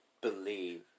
believe